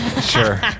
Sure